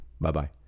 Bye-bye